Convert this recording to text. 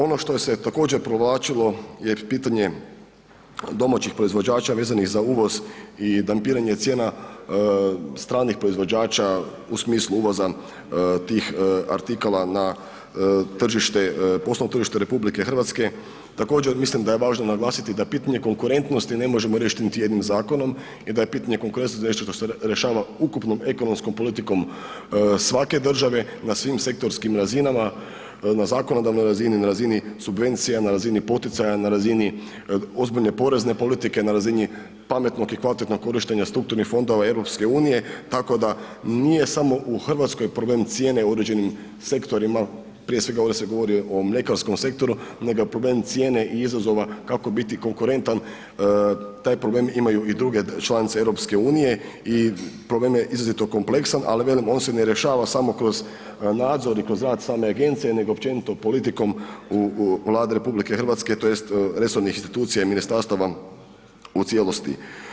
Ono što je se također provlačilo je pitanje domaćih proizvođača vezanih za uvoz i dampiranje cijena stranih proizvođača u smislu uvoza tih artikala na tržište, poslovno tržište RH, također mislim da je važno naglasiti da pitanje konkurentnosti ne možemo riješiti niti jednim zakonom i da je pitanje konkurentnosti nešto što se rješava ukupnom ekonomskom politikom svake države, na svim sektorskim razinama, na zakonodavnoj razini, na razini subvencija, na razini poticaja, na razini ozbiljne porezne politike, na razini pametnog i kvalitetnog korištenja strukturnih fondova EU, tako da nije samo u RH problem cijene u određenim sektorima, prije svega ovdje se govori o mljekarskom sektoru, nego je problem cijene i izazova kako biti konkurentan, taj problem imaju i druge članice EU i problem je izrazito kompleksan, ali velim on se ne rješava samo kroz nadzor i kroz same agencije nego općenito politikom u, u, Vlade RH tj. resornih institucija i ministarstvom u cijelosti.